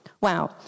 Wow